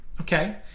okay